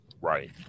Right